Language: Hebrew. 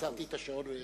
עצרתי את השעון.